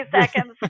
seconds